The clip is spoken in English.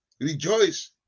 Rejoice